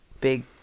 big